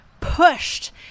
pushed